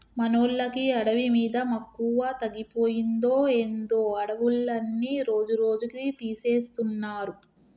మనోళ్ళకి అడవి మీద మక్కువ తగ్గిపోయిందో ఏందో అడవులన్నీ రోజురోజుకీ తీసేస్తున్నారు